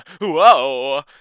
Whoa